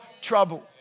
trouble